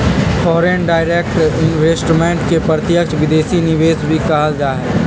foreign direct investment के प्रत्यक्ष विदेशी निवेश भी कहल जा हई